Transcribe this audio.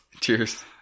Cheers